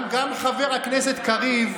גם חבר הכנסת קריב,